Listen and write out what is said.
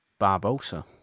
Barbosa